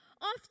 often